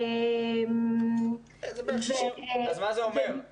אז מה זה אומר?